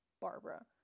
barbara